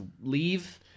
leave